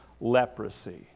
leprosy